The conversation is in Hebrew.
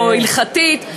הלכתיות,